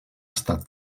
estat